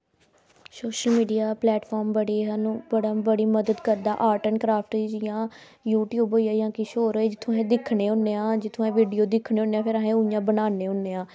social media platform बड़ी मदद करदा ऑर्ट एंड क्रॉफ्ट जियां क्लेरटी होर होऐ जां जित्थां अस दिक्खने होन्ने आं जित्थुआं अस फिर दिक्खने होन्ने आं ते बनान्ने होन्ने आं